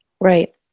Right